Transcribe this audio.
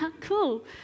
Cool